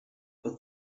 for